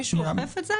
מישהו אוכף את זה?